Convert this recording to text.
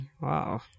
wow